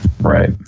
right